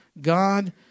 God